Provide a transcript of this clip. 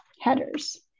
headers